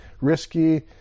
risky